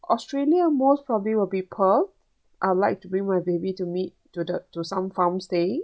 australia most probably will be more people I'd like to bring my baby to meet to the some farmstay